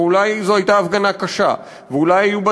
ואולי זו הייתה הפגנה קשה ואולי היו בה